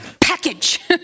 package